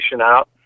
out